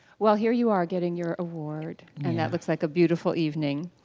well here you are getting your award. and that looks like a beautiful evening